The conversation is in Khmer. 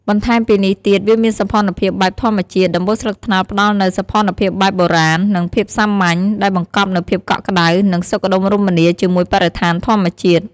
បន្ថែមពីនេះទៀត វាមានសោភ័ណភាពបែបធម្មជាតិ ដំបូលស្លឹកត្នោតផ្ដល់នូវ សោភ័ណភាពបែបបុរាណ និងភាពសាមញ្ញ ដែលបង្កប់នូវភាពកក់ក្ដៅ និងសុខដុមរមនាជាមួយបរិស្ថានធម្មជាតិ។